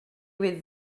with